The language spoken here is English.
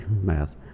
math